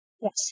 Yes